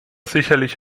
sicherlich